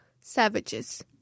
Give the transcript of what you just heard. savages